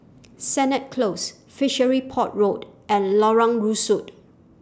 Sennett Close Fishery Port Road and Lorong Rusuk